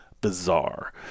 bizarre